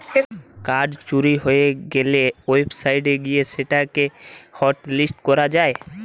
card চুরি হয়ে গ্যালে ওয়েবসাইট গিয়ে সেটা কে হটলিস্ট করা যায়